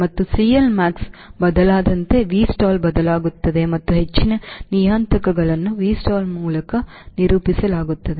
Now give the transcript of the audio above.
ಮತ್ತು CL max ಬದಲಾದಂತೆ Vstall ಬದಲಾಗುತ್ತದೆ ಮತ್ತು ಹೆಚ್ಚಿನ ನಿಯತಾಂಕಗಳನ್ನು Vstall ಮೂಲಕ ನಿರೂಪಿಸಲಾಗುತ್ತದೆ